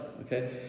okay